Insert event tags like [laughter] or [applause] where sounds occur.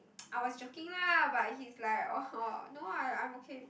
[noise] I was joking lah but he's like orh no ah I'm okay